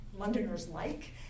Londoners-like